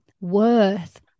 worth